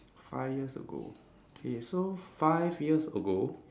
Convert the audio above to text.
five years ago okay so five years ago